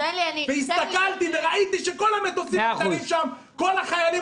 הסתכלתי וראיתי שכל המטוסים הקטנים שם,